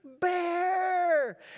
bear